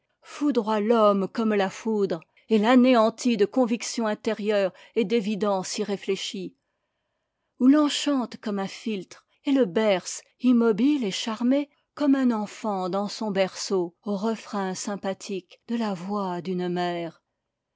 foudroie l'homme comme la foudre et l'anéantit de conviction intérieure et d'évidence irréfléchie ou l'enchante comme un philtre et le berce immobile et charmé comme un enfant dans son berceau aux refrains sympathiques de la voix d'une mère